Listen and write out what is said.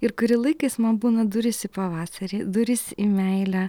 ir kurį laiką jis man būna durys į pavasarį durys į meilę